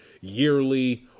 yearly